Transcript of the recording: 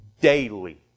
daily